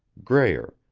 grayer,